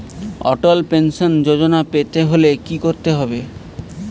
অটল pension যোজনা পেতে হলে কি করতে হবে?